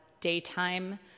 daytime